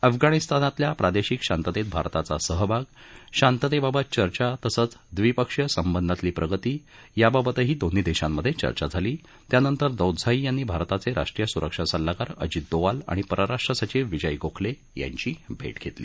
अफगाणिस्तानातल्या प्रादेशिक शांततेत भारताचा सहभाग शांततेबाबत चर्चा तसंच द्विपक्षीय संबंधातली प्रगती याबाबतही दोन्ही देशांमधे चर्चा झाली त्यानंतर दौदझाई यांनी भारताचे राष्ट्रीय सुरक्षा सल्लगार अजित दोवाल आणि परराष्ट्र सचिव विजय गोखले यांची भेट घेतली